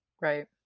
Right